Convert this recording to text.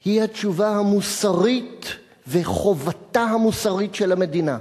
הוא התשובה המוסרית וחובתה המוסרית של המדינה".